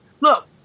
look